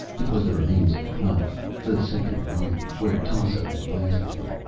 it was the remains of klaus. the second variety. where tasso had blasted him.